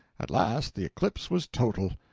at last the eclipse was total,